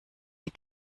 die